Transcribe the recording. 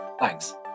Thanks